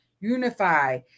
Unify